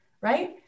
right